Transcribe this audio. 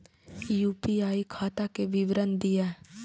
UPI खाता के विवरण दिअ?